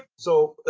so,